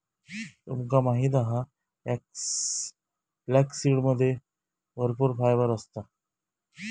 तुमका माहित हा फ्लॅक्ससीडमध्ये भरपूर फायबर असता